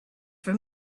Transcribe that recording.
for